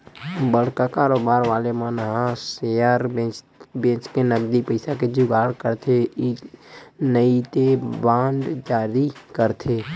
बड़का कारोबार वाले मन ह सेयर बेंचके नगदी पइसा के जुगाड़ करथे नइते बांड जारी करके